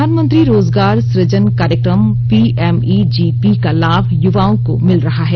प्रधानमंत्री रोजगार सुजन कार्यक्रम पीएमईजीपी का लाभ युवाओं को मिल रहा है